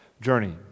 journey